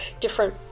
different